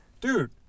dude